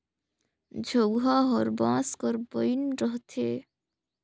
झउहा हर बांस कर बइन रहथे